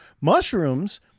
Mushrooms